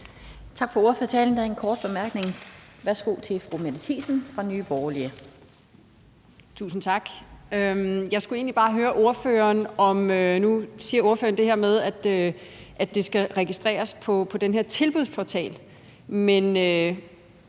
Tak for ordførertalen. Der er en kort bemærkning. Værsgo til fru Mette Thiesen fra Nye Borgerlige. Kl. 11:41 Mette Thiesen (NB): Tusind tak. Nu siger ordføreren det her med, at det skal registreres på den her tilbudsportal. Men